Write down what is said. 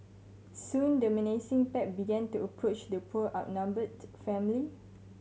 soon the menacing pack began to approach the poor outnumbered family